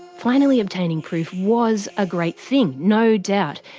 finally obtaining proof was a great thing, no doubt.